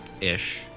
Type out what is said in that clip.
ish